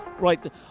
Right